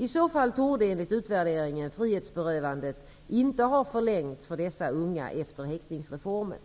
I så fall torde, enligt utvärderingen, frihetsberövandet inte ha förlängts för dessa unga efter häktningsreformen.